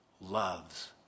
loves